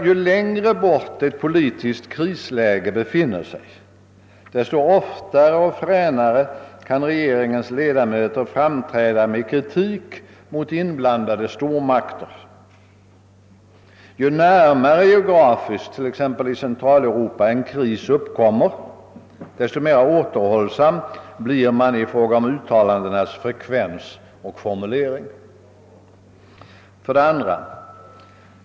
Ju längre bort ett politiskt krisläge och berörda stormakter befinner sig, desto oftare och fränare kan regeringens ledamöter framträda med kritik mot dessa stormakter. Ju närmare krisläget geografiskt befinner sig, exempelvis i centrala Europa, desto mera återhållsam blir man i fråga om uttalandenas frekvens och formulering. 2.